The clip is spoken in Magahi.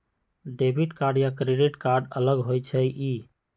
डेबिट कार्ड या क्रेडिट कार्ड अलग होईछ ई?